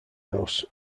house